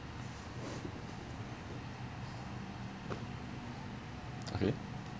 okay